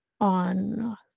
on